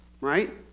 right